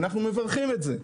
אנחנו מברכים על זה,